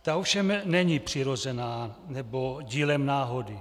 Ta ovšem není přirozená, nebo dílem náhody.